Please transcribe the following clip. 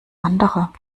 anderer